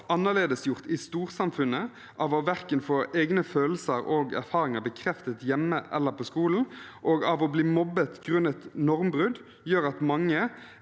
annerledesgjort i storsamfunnet, av å hverken få egne følelser og erfaringer bekreftet hjemme eller på skolen, og av å bli mobbet grunnet normbrudd, gjør at mange